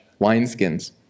wineskins